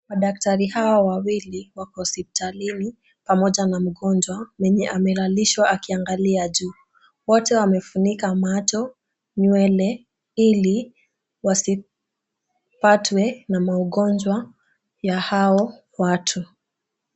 Madaktari hawa wawili wako hospitalini pamoja na mgonjwa mwenye amelalishwa akiangalia juu. Wote wamefunika macho, nywele ili wasipatwe na magonjwa ya hao watu.